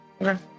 Okay